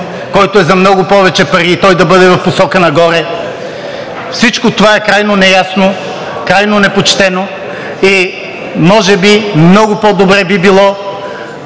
който е за много повече пари, и той да бъде в посока нагоре – всичко това е крайно неясно, крайно непочтено и може би много по-добре би било